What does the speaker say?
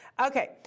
Okay